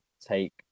take